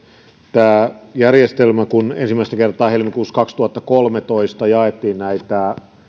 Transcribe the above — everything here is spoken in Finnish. tämä järjestelmä kun ensimmäistä kertaa helmikuussa kaksituhattakolmetoista jaettiin